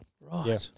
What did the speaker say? Right